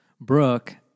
Brooke